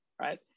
right